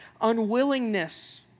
unwillingness